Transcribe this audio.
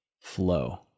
flow